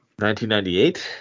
1998